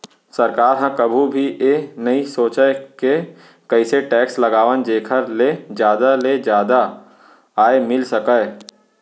सरकार ह कभू भी ए नइ सोचय के कइसे टेक्स लगावन जेखर ले जादा ले जादा आय मिल सकय